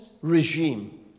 regime